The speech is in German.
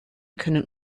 können